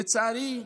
לצערי,